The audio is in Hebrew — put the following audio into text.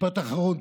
משפט אחרון.